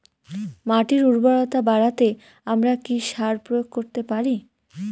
মাটির উর্বরতা বাড়াতে আমরা কি সার প্রয়োগ করতে পারি?